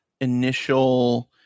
initial